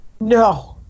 No